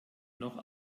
noch